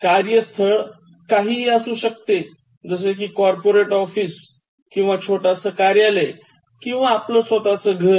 कार्यस्थळ काही हि असू शकते जसे कि कॉर्पोरेट ऑफिस किंवा छोटस कार्यालय किंवा आपलं घर